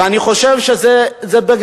ואני חושב שבאמת,